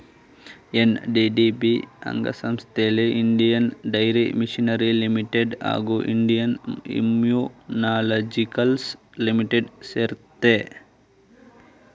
NDDB ಅಂಗಸಂಸ್ಥೆಲಿ Indian dairy machinery limited ಹಾಗೂ Indian immunologicals limited ಸೇರಯ್ತೆ